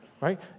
right